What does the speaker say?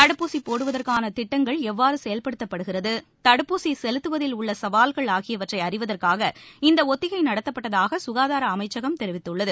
தடுப்பூசி போடுவதற்கான திட்டங்கள் எவ்வாறு செயல்படுத்தப்படுகிறது தடுப்பூசி செலுத்துவதில் உள்ள சவால்கள் ஆகியவற்றை அறிவதற்காக இந்த ஒத்திகை நடத்தப்பட்டதாக சுகாதார அமைச்சகம் தெரிவித்துள்ளது